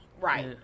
Right